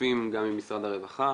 שותפים גם עם משרד הרווחה